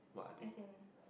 as in